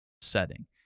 setting